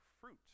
fruit